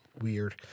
weird